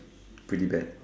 pretty bad